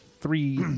three